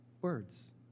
Words